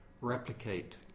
replicate